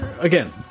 Again